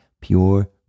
pure